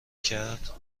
کرد